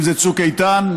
אם זה צוק איתן.